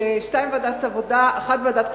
שתיים בוועדת העבודה ואחת בוועדת הכספים,